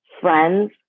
friends